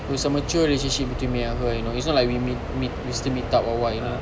it was a mature relationship between me and her it's not like we meet meet still meet up or what you know